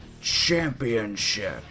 CHAMPIONSHIP